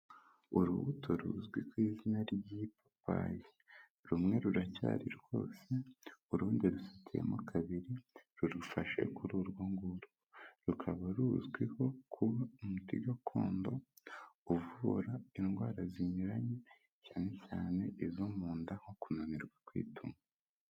Urubuto ruzwi ku izina ry'ipapayi, rumwe ruracyari rwose, urundi rusatuyemo kabiri rurufashe kuri urwo ngurwo, rukaba ruzwiho kuba umuti gakondo uvura indwara zinyuranye, cyane cyane izo mu nda nko kunanirwa kwituma.